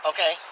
Okay